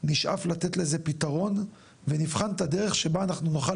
נשאף לתת לזה פתרון ונבחן את הדרך שבה אנחנו נוכל